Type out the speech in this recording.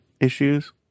issues